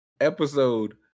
episode